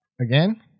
again